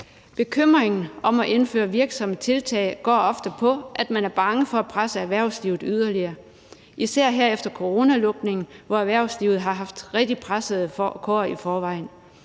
Bekymringen for at indføre virksomme tiltag går ofte på, at man er bange for at presse erhvervslivet yderligere, især her efter coronanedlukningen, hvor erhvervslivet i forvejen har haft rigtig pressede kår. Men